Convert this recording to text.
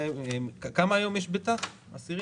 כמה אסירים יש היום בתא?